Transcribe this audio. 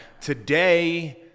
Today